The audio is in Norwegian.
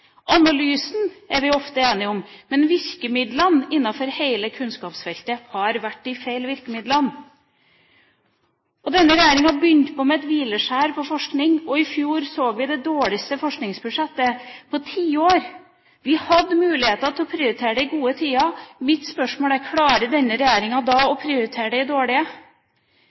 Analysen er vi ofte enige om, men virkemidlene innenfor hele kunnskapsfeltet har vært feil. Denne regjeringa begynte med et hvileskjær på forskning, og i fjor så vi det dårligste forskningsbudsjettet på tiår. Vi hadde muligheten til å prioritere det i gode tider – mitt spørsmål er: Klarer denne regjeringa da å prioritere det i dårlige